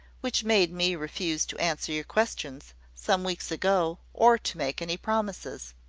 which made me refuse to answer your questions, some weeks ago, or to make any promises.